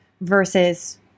versus